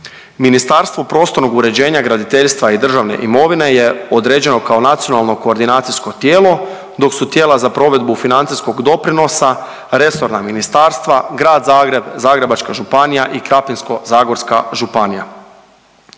Ministarstvu prostornog uređenja, graditeljstva i državne imovine je određeno kao nacionalno koordinacijsko tijelo dok su tijela za provedbu financijskog doprinosa, resorna ministarstva, Grad Zagreb, Zagrebačka županija i Krapinsko-zagorska županija.